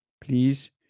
Please